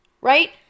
Right